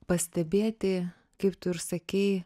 pastebėti kaip tu ir sakei